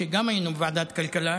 שגם היינו בוועדת הכלכלה,